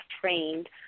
trained